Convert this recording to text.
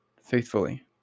faithfully